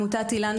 עמותת איל"ן,